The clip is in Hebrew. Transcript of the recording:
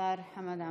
השר חמד עמאר.